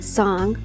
song